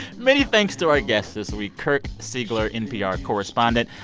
many thanks to our guests this week kirk siegler, npr correspondent,